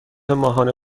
ماهانه